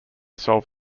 solve